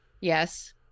Yes